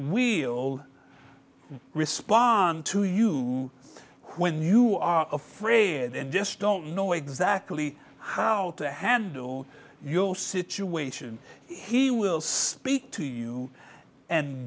we'll respond to you when you are afraid and just don't know exactly how to handle your situation he will speak to you and